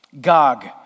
Gog